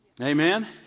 Amen